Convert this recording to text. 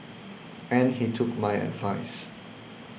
and he took my advice